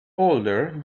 older